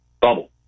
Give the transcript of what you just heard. bubble